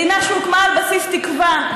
מדינה שהוקמה על בסיס תקווה,